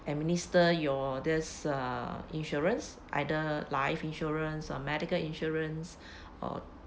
administer your this uh insurance either life insurance or medical insurance or